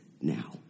now